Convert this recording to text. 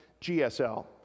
GSL